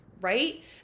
Right